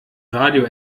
radio